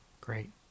Great